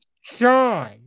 Sean